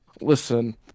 Listen